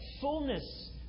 fullness